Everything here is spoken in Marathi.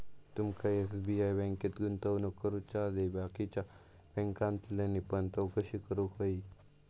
तुमका एस.बी.आय बँकेत गुंतवणूक करुच्या आधी बाकीच्या बॅन्कांतल्यानी पण चौकशी करूक व्हयी